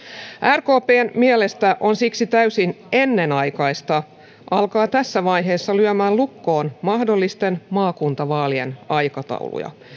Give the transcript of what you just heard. rkpn mielestä on siksi täysin ennenaikaista alkaa tässä vaiheessa lyömään lukkoon mahdollisten maakuntavaalien aikatauluja